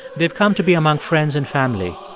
they've come to be among friends and family,